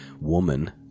woman